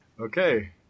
Okay